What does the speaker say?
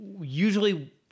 Usually